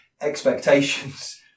expectations